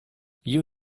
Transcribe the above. you